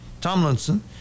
Tomlinson